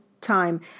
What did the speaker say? time